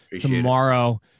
tomorrow